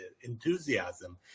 enthusiasm